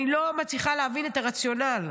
אני לא מצליחה להבין את הרציונל.